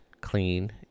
clean